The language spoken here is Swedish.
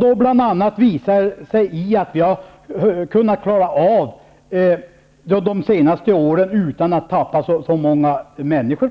Det visar sig bl.a. i att vi har kunnat klara oss de senaste åren utan att tappa så mycket människor.